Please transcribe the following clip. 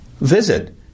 Visit